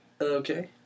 Okay